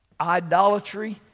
idolatry